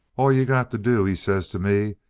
all you got to do he says to me,